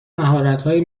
مهارتهایی